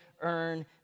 Earn